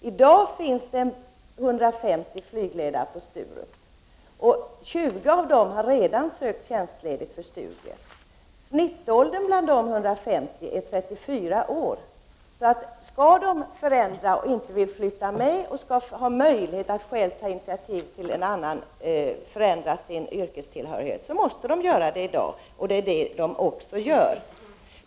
I dag finns det 150 flygledare på Sturup. 20 av dem har redan sökt tjänstledigt för studier. Genomsnittsåldern bland dessa 150 är 34 år. Om de inte vill flytta med, utan själva vill ta initiativ till en förändring av sin yrkestillhörighet måste de göra det i dag, och det gör de också.